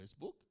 Facebook